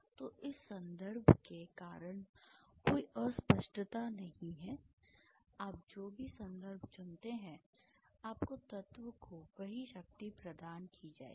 तो इस संदर्भ के कारण कोई अस्पष्टता नहीं है आप जो भी संदर्भ चुनते हैं आपको तत्व को वही शक्ति प्रदान की जाएगी